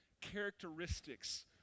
characteristics